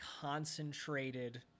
concentrated